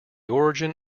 origin